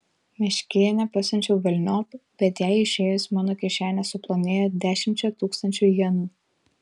meškėnę pasiunčiau velniop bet jai išėjus mano kišenė suplonėjo dešimčia tūkstančių jenų